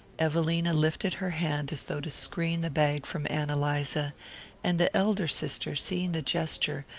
evelina lifted her hand as though to screen the bag from ann eliza and the elder sister, seeing the gesture,